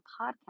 podcast